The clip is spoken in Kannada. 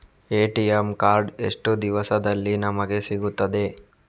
ಎ.ಟಿ.ಎಂ ಕಾರ್ಡ್ ಎಷ್ಟು ದಿವಸದಲ್ಲಿ ನಮಗೆ ಸಿಗುತ್ತದೆ?